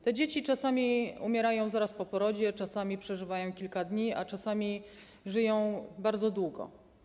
Te dzieci czasami umierają zaraz po porodzie, czasami przeżywają kilka dni, a czasami żyją bardzo długo.